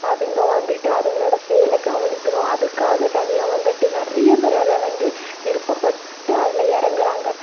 அதுங்க வந்துட்டு அதுங்களோடய செயலை கவனிக்கணும் அதுக்காக தனியாக வந்துட்டு நிறைய பேர் அதை வந்து விருப்பப்பட்டு அதில் இறங்குறாங்க